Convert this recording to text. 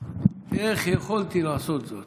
איך יכולתי לעשות זאת?